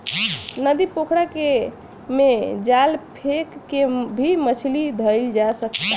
नदी, पोखरा में जाल फेक के भी मछली धइल जा सकता